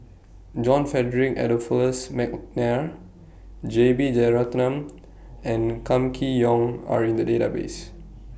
John Frederick Adolphus Mcnair J B Jeyaretnam and Kam Kee Yong Are in The Database